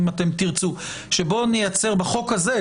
אם תרצו שנייצר בחוק הזה,